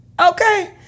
Okay